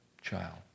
child